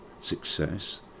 success